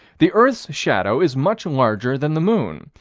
the earth's shadow is much larger than the moon.